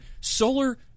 Solar